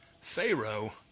Pharaoh